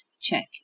check